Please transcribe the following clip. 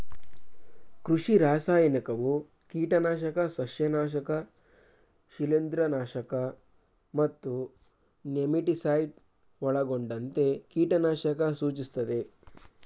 ಕೃಷಿ ರಾಸಾಯನಿಕವು ಕೀಟನಾಶಕ ಸಸ್ಯನಾಶಕ ಶಿಲೀಂಧ್ರನಾಶಕ ಮತ್ತು ನೆಮಟಿಸೈಡ್ ಒಳಗೊಂಡಂತೆ ಕೀಟನಾಶಕ ಸೂಚಿಸ್ತದೆ